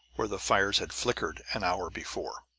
where the fires had flickered an hour before.